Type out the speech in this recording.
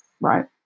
right